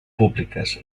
públiques